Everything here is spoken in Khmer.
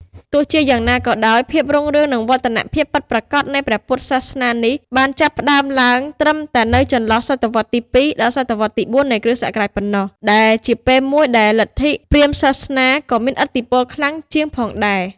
ទោះជាយ៉ាងណាក៏ដោយ ភាពរុងរឿង និងវឌ្ឍនភាពពិតប្រាកដនៃព្រះពុទ្ធសាសនានេះ បានចាប់ផ្តើមឡើងត្រឹមតែនៅចន្លោះ សតវត្សរ៍ទី ២ ដល់សតវត្សរ៍ទី ៤ នៃគ.ស. ប៉ុណ្ណោះ ដែលជាពេលមួយដែលលទ្ធិព្រាហ្មណ៍សាសនាក៏មានឥទ្ធិពលខ្លាំងជាងផងដែរ។